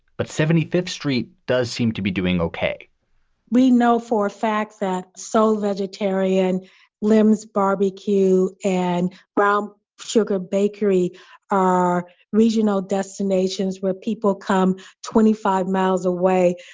but seventy fifth street does seem to be doing ok we know for a fact that so vegetarian lims barbecue and brown sugar bakery are regional destinations where people come twenty five miles away.